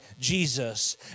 Jesus